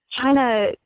China